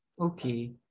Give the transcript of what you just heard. okay